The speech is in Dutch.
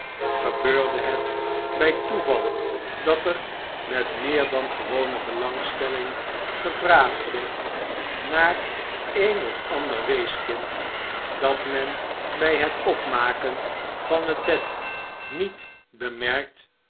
gebeurde het bij toeval dat er met meer dan gewone belangstelling gevraagd werd naar een of ander weeskind dat men bij het opmaken van een bed niet bemerkt